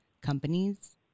companies